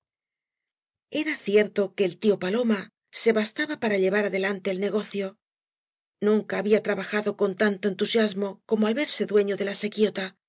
era cierto que el tío paloma se bastaba para llevar adelante el negocio nunca habia trabajado con tanto entusiasmo como al verse dueño de la sequidta